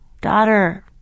Daughter